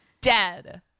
Dead